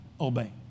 Obey